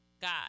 God